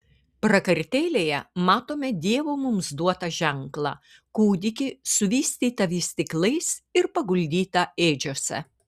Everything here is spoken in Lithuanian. prakartėlėje matome dievo mums duotą ženklą kūdikį suvystytą vystyklais ir paguldytą ėdžiose